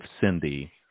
Cindy